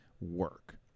work